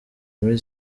muri